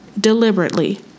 deliberately